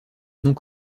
donc